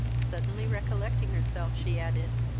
suddenly recollecting herself, she added